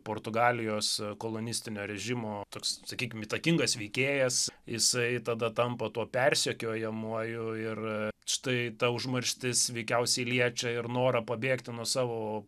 portugalijos kolonistinio režimo toks sakykim įtakingas veikėjas jisai tada tampa tuo persekiojamuoju ir štai ta užmarštis veikiausiai liečia ir norą pabėgti nuo savo